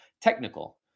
technical